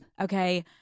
okay